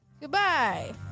Goodbye